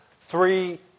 three